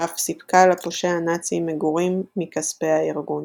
ואף סיפקה לפושע נאצי מגורים מכספי הארגון.